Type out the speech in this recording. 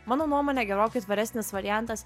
mano nuomone gerokai tvaresnis variantas